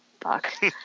fuck